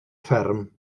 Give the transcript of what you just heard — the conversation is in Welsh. fferm